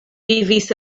vivis